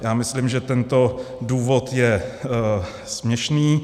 Já myslím, že tento důvod je směšný.